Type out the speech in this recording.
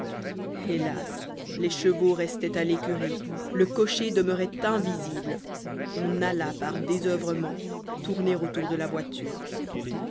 hélas les chevaux restaient à l'écurie le cocher demeurait invisible on alla par désoeuvrement tourner autour de la voiture